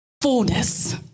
fullness